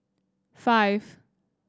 five